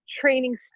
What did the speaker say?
training